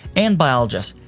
and biologist.